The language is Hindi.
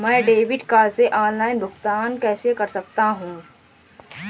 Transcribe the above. मैं डेबिट कार्ड से ऑनलाइन भुगतान कैसे कर सकता हूँ?